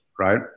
right